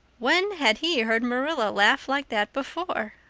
when had he heard marilla laugh like that before?